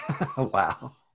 Wow